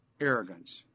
arrogance